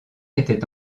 était